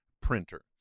printer